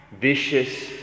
vicious